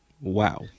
Wow